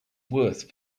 worse